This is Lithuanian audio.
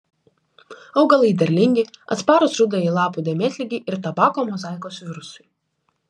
augalai derlingi atsparūs rudajai lapų dėmėtligei ir tabako mozaikos virusui